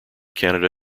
canada